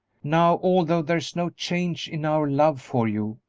now, although there is no change in our love for you,